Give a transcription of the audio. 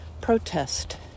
protest